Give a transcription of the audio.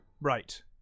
Right